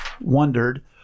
wondered